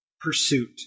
pursuit